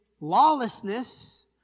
lawlessness